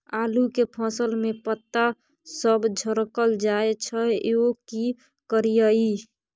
आलू के फसल में पता सब झरकल जाय छै यो की करियैई?